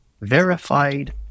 verified